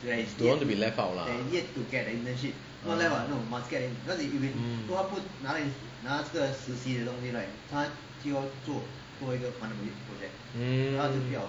don't want to be left out lah mm mm